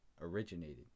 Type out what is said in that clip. originated